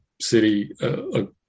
city